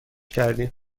کردیم